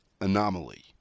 anomaly